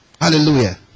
Hallelujah